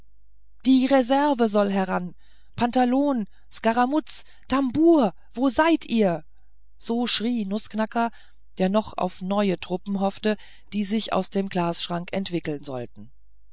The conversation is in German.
die reserve soll heran pantalon skaramuz tambour wo seid ihr so schrie nußknacker der noch auf neue truppen hoffte die sich aus dem glasschrank entwickeln sollten